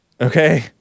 Okay